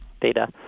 data